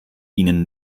ihnen